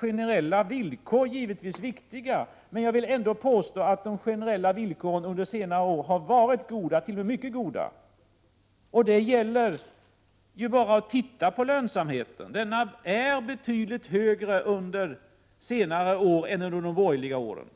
generella villkor är viktiga, men jag vill ändå påstå att de generella villkoren under senare år varit goda, t.o.m. mycket goda. Se bara på lönsamheten! Den har varit betydligt högre under senare år än under de borgerliga åren.